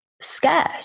scared